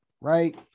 right